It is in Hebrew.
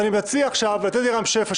אני מציע לתת עכשיו לרם שפע,